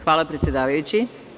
Hvala, predsedavajući.